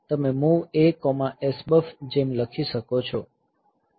તમે MOV A SBUF જેમ લખી શકો છો